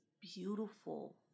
beautiful